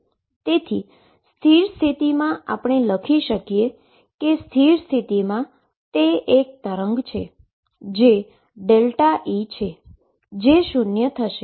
તેથી સ્ટેશનરી સ્ટેટમાં આપણે લખી શકીએ કે સ્થિર સ્થિતિમાં તે એક તરંગ છે જે E છે જે શુન્ય થશે